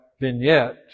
vignette